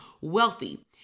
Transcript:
wealthy